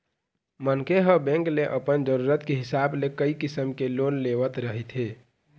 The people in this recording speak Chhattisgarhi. मनखे ह बेंक ले अपन जरूरत के हिसाब ले कइ किसम के लोन लेवत रहिथे